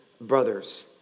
brothers